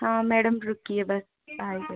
हाँ मैडम रुकिए बस आ ही गए